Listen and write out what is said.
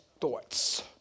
thoughts